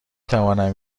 توانم